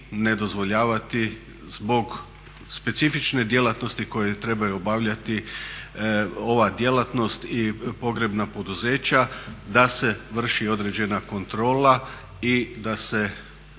zbog specifične djelatnosti koju trebaju obavljati ova djelatnost i pogrebna poduzeća da se vrši određena kontrola i da se